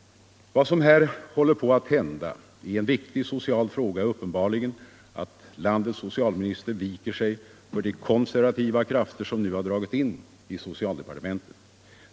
Vad som här håller på att hända i en viktig social fråga är uppenbarligen alt landets socialminister viker sig för de konservativa krafter som nu har dragit in i socialdepartementet.